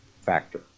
factor